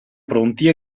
pronti